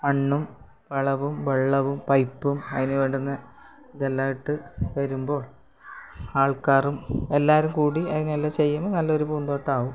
മണ്ണും വളവും വെള്ളവും പൈപ്പും അതിന് വേണ്ടുന്ന ഇതെല്ലാം ഇട്ട് വരുമ്പോൾ ആൾക്കാറും എല്ലാവരും കൂടി അതിനെല്ലാം ചെയ്യുമ്പോൾ അത് നല്ല ഒരു പൂന്തോട്ടാവും